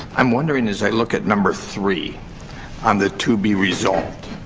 i'm wondering, as i look at number three on the to be resolved,